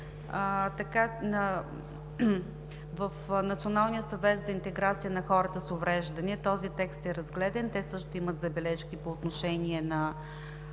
съвет за интеграция на хората с увреждания този текст е разгледан. Те също имат забележки по отношение на